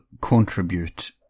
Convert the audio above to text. contribute